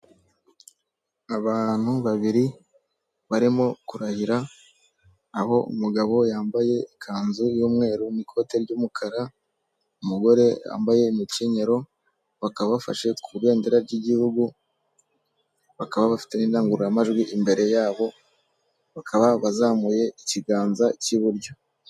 Abantu babiri barimo kurahira aho umugabo yambaye ikanzu y'umweru n'ikote ry'umukara umugore yambaye umukenyero bakaba bafashe ku ibendera ry'igihugu bakaba bafite n'indangururamajwi imbere yabo bakaba bazamuye ikiganza cy'iburyo .